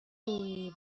ولی